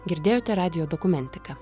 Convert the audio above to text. girdėjote radijo dokumentiką